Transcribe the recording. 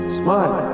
smile